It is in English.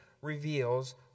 reveals